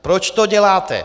Proč to děláte?